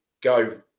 go